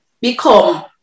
become